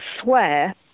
swear